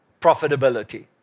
profitability